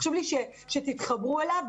חשוב לי שתתחברו אליו.